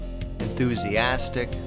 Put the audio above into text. enthusiastic